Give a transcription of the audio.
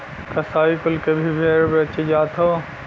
कसाई कुल के भी भेड़ बेचे जात हौ